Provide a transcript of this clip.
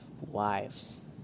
wives